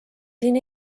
siin